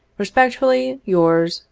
respectfully, yours,